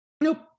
Nope